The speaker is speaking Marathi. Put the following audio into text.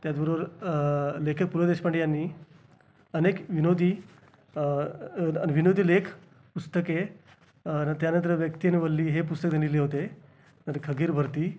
त्याचबरोबर लेखक पु लं देशपांडे यांनी अनेक विनोदी विनोदी लेख पुस्तके त्यानंतर व्यक्ती आणि वल्ली हे पुस्तक त्यांनी लिहिले होते नंतर खगीरभरती